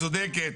את צודקת.